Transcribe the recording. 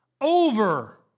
over